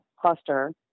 cluster